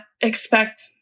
expect